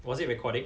was it recording